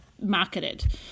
marketed